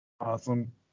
Awesome